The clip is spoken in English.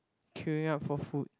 queuing up for food